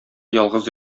ялгыз